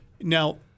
Now